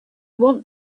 want